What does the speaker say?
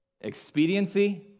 expediency